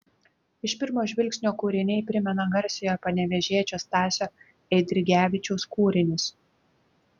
iš pirmo žvilgsnio kūriniai primena garsiojo panevėžiečio stasio eidrigevičiaus kūrinius